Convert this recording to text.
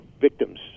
victims